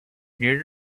years